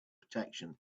protection